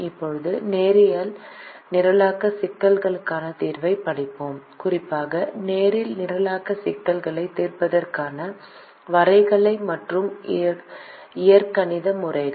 இப்போது நேரியல் நிரலாக்க சிக்கலுக்கான தீர்வைப் படிப்போம் குறிப்பாக நேரியல் நிரலாக்க சிக்கல்களைத் தீர்ப்பதற்கான வரைகலை மற்றும் இயற்கணித முறைகள்